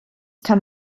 kann